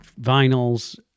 vinyls